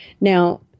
Now